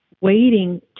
waiting